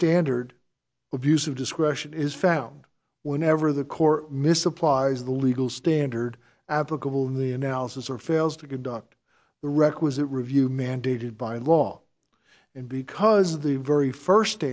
standard abuse of discretion is found whenever the core misapplies the legal standard applicable in the analysis or fails to conduct the requisite review mandated by law and because the very first